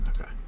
okay